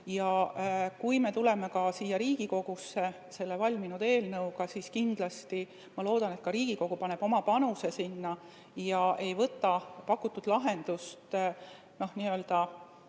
Ja kui me tuleme ka siia Riigikogusse selle valminud eelnõuga, siis ma loodan, et ka Riigikogu paneb oma panuse sinna ega võta pakutud lahendust mingi